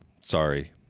Sorry